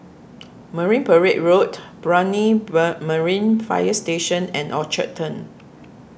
Marine Parade Road Brani Marine Fire Station and Orchard Turn